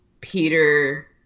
Peter